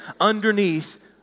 underneath